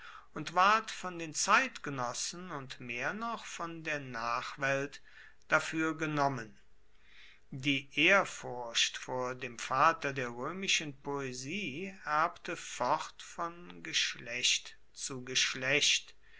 und ward von den zeitgenossen und mehr noch von der nachwelt dafuer genommen die ehrfurcht vor dem vater der roemischen poesie erbte fort von geschlecht zu geschlecht